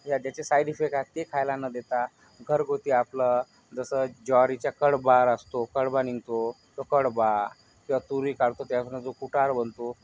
ज्याचे side effect आहे ते खायला न देता घरगुती आपलं जसं ज्वारीचा कडबार असतो कडबा निघतो तो कडबा किंवा तुरी काढतो त्यापासून जो कुटार बनतो